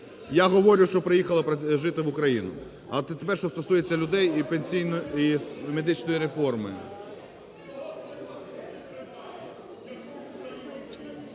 Я говорю, що приїхала жити в Україну. А тепер, що стосується людей і медичної реформи.